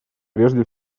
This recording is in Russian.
прежде